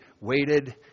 waited